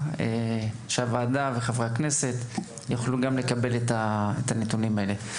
כך שהוועדה וחברי הכנסת יוכלו גם הם לקבל הנתונים האלה.